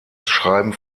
schreiben